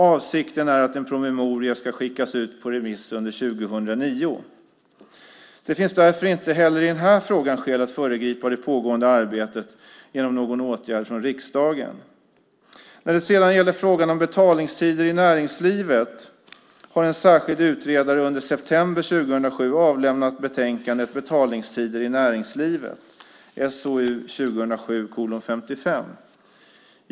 Avsikten är att en promemoria ska skickas ut på remiss under 2009. Det finns därför inte heller i den här frågan skäl att föregripa det pågående arbetet genom någon åtgärd från riksdagen. När det sedan gäller frågan om betalningstider i näringslivet har en särskild utredare under september 2007 avlämnat betänkandet Betalningstider i näringslivet , SOU 2007:55.